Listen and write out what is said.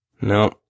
No